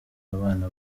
abana